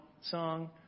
song